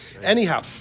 Anyhow